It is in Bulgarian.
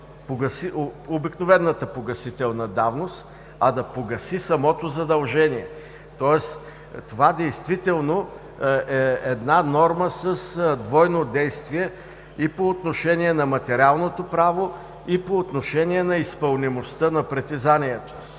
обикновената погасителна давност, а да погаси самото задължение. Тоест това действително е норма с двойно действие и по отношение на материалното право, и по отношение на изпълнимостта на притежанието.